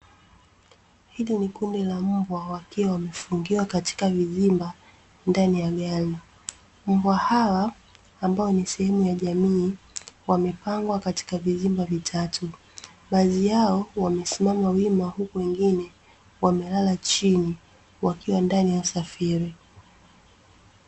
Hili ni kundi la mbwa wakiwa wamefungiwa katika milima ndani ya gari. Mbwa hawa ambao ni sehemu ya jamii wamepangwa katika vizimba vitatu, baadhi yao wamesimama wima huku wengine wamelala chini, wakiwa ndani ya usafiri.